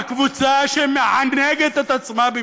על קבוצה שמענגת את עצמה במדינתה.